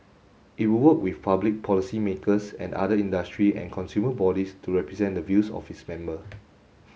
it will work with public policymakers and other industry and consumer bodies to represent the views of its member